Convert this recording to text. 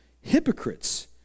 Hypocrites